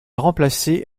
remplacé